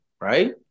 Right